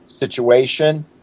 situation